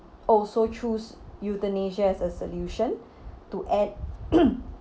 also choose euthanasia as a solution to end